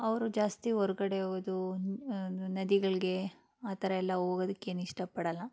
ಅವರು ಜಾಸ್ತಿ ಹೋರ್ಗಡೆ ಹೋಅದು ನದಿಗಳಿಗೆ ಆ ಥರ ಎಲ್ಲ ಹೋಗೋದಕ್ಕೇನ್ ಇಷ್ಟಪಡೋಲ್ಲ